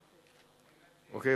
אוקיי.